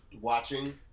watching